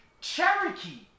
Cherokee